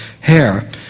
hair